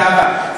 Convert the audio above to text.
זהבה,